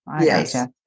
yes